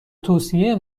توصیه